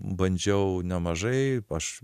bandžiau nemažai aš